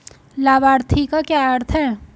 लाभार्थी का क्या अर्थ है?